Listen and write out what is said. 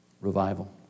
revival